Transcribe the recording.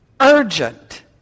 urgent